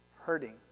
hurting